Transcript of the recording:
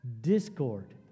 discord